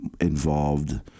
involved